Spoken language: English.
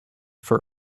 for